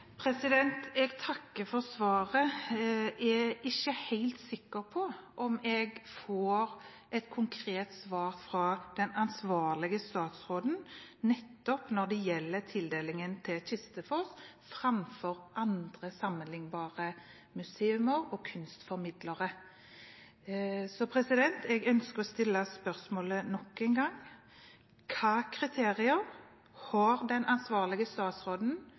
Jeg takker for svaret. Jeg er ikke helt sikker på om jeg får et konkret svar fra den ansvarlige statsråden nettopp når det gjelder tildelingen til Kistefos framfor andre sammenliknbare museer og kunstformidlere. Så jeg ønsker å stille spørsmålet nok en gang: Hvilke kriterier har den ansvarlige statsråden